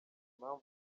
impamvu